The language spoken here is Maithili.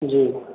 जी